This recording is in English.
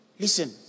Listen